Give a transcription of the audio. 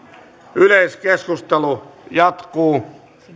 yleiskeskustelu jatkuu